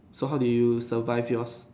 so how did you survive yours